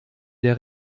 der